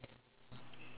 your seashells leh